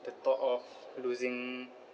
the thought of losing